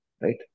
right